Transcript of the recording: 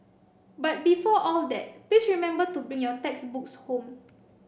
but before all that please remember to bring your textbooks home